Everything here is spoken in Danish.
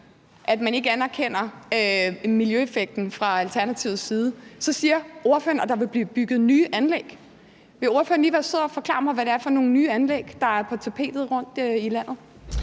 når man ikke anerkender miljøeffekten fra Alternativets side, så siger ordføreren, at der vil blive bygget nye anlæg. Vil ordføreren lige være sød og forklare mig, hvad det er for nogle nye anlæg, der er på tapetet rundtomkring i landet?